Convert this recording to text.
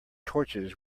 torches